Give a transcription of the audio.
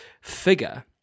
figure